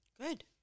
Good